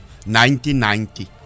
1990